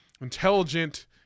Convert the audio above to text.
intelligent